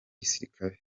gisirikare